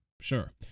sure